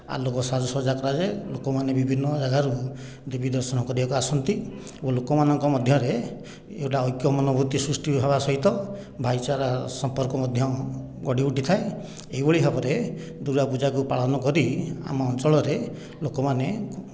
ଆଲୋକ ସାଜ୍ଜସଜ୍ଜା କରାଯାଏ ଲୋକମାନେ ବିଭିନ୍ନ ଜାଗାରୁ ବି ଦର୍ଶନ କରିବାକୁ ଆସନ୍ତି ଓ ଲୋକମାନଙ୍କ ମଧ୍ୟରେ ଏକ ଐକ୍ୟ ମନୋଭୂତି ସୃଷ୍ଟି ହେବା ସହିତ ଭାଇଚାରା ସମ୍ପର୍କ ମଧ୍ୟ ଗଢ଼ିଉଠିଥାଏ ଏହିଭଳି ଭାବରେ ଦୁର୍ଗାପୂଜାକୁ ପାଳନ କରି ଆମ ଅଞ୍ଚଳରେ ଲୋକମାନେ